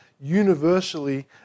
universally